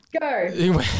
go